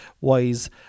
wise